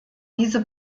diese